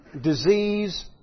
disease